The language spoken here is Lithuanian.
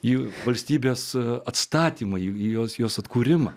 į valstybės atstatymą į jos jos atkūrimą